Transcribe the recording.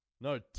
No